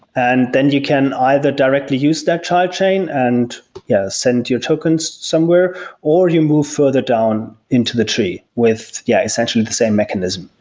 and then you can either directly use stuck child chain and yeah send your tokens somewhere or you move further down into the tree with yeah essentially the same mechanism.